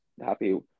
happy